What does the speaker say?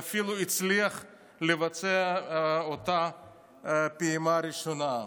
ואפילו הצליח לבצע את אותה פעימה ראשונה.